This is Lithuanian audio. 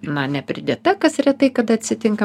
na nepridėta kas retai kada atsitinka